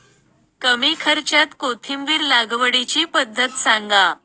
कमी खर्च्यात कोथिंबिर लागवडीची पद्धत सांगा